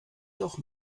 doch